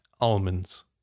almonds